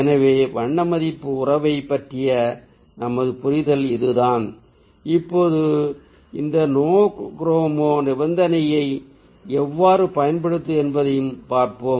எனவே வண்ண மதிப்பு உறவைப் பற்றிய நமது புரிதல் இதுதான் இப்போது இந்த நோ குரோமா நிபந்தனையை எவ்வாறு பயன்படுத்துவது என்பதையும் பார்ப்போம்